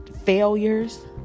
Failures